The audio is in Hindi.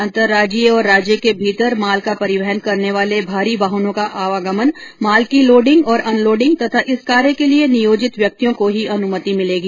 अंतर्राज्यीय और राज्य के भीतर माल का परिवहन करने वाले भारी वाहनों का आवागमन माल की लोडिंग और अनलोडिंग तथा इस कार्य के लिए नियोजित व्यक्तियों को ही अनुमति मिलेगी